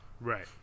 Right